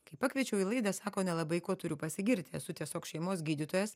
kai pakviečiau į laidą sako nelabai kuo turiu pasigirti esu tiesiog šeimos gydytojas